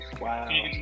Wow